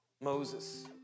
Moses